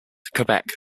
quebec